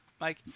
Mike